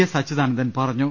S Achuthanandan പറഞ്ഞു